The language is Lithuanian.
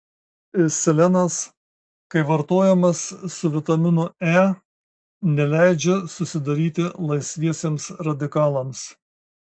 selenas kai vartojamas su vitaminu e neleidžia susidaryti laisviesiems radikalams